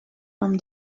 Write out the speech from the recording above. from